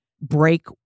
break